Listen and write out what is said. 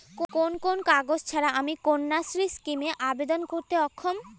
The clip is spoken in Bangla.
কোন কোন কাগজ ছাড়া আমি কন্যাশ্রী স্কিমে আবেদন করতে অক্ষম?